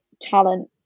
talent